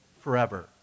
forever